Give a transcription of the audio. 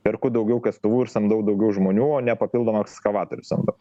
perku daugiau kastuvų ir samdau daugiau žmonių o ne papildomą ekskavatorių samdau